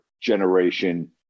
generation